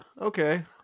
Okay